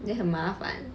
then 很麻烦